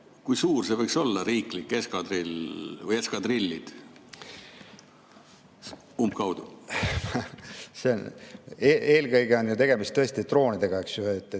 kui suur võiks olla see riiklik eskadrill või eskadrillid? Umbkaudu. Eelkõige on ju tegemist tõesti droonidega. Ma jään